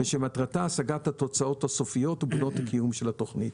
ושמטרתה: השגת התוצאות הסופיות --- לקיום של התוכנית.